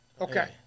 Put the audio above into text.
Okay